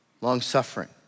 long-suffering